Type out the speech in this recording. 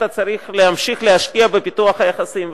אתה צריך להמשיך להשקיע בפיתוח היחסים.